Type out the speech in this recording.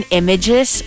images